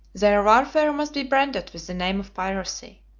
their warfare must be branded with the name of piracy.